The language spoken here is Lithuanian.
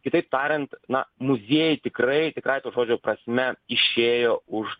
kitaip tariant na muziejai tikrai tikrąja žodžio prasme išėjo už